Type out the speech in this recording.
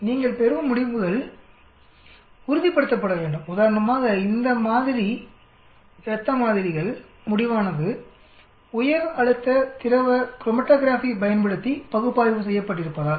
நீங்கள் பெறும் முடிவுகள் உறுதிப்படுத்தப்பட வேண்டும் உதாரணமாக இந்த மாதிரி இரத்த மாதிரிகள் முடிவானது உயர் அழுத்த திரவ க்ரோமேடோக்ராபி பயன்படுத்தி பகுப்பாய்வு செய்யப்பட்டிருப்பதால்